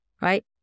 right